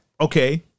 Okay